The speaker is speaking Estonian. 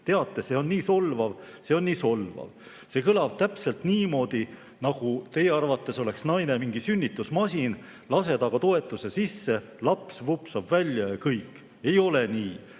Teate, see on nii solvav, see on nii solvav. See kõlab täpselt niimoodi, nagu naine oleks teie arvates mingi sünnitusmasin, lased aga toetuse sisse, laps vupsab välja ja ongi kõik. Ei ole nii.